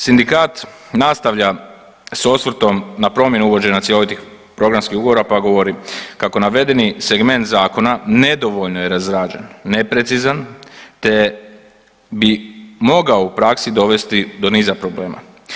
Sindikat nastavlja s osvrtom na promjenu uvođenja cjelovitih programskih ugovora pa govori kako navedeni segment zakona nedovoljno je razrađen, neprecizan te bi mogao u praksi dovesti do niza problema.